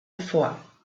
bevor